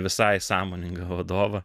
visai sąmoningą vadovą